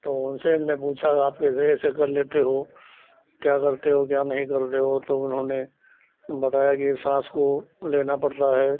तो उनसे हमने पूछा आप कैसे ऐसे कर लेते हो क्या करते हो क्या नहीं करते हो तो उन्होंने बताया कि वह साँस को लेना पड़ता है